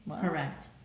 Correct